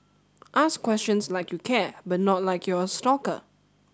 ask questions like you care but not like you're a stalker